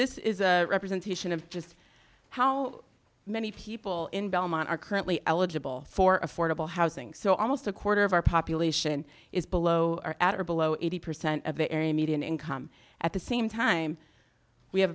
this is a representation of just how many people in belmont are currently eligible for affordable housing so almost a quarter of our population is below are at or below eighty percent of the area median income at the same time we have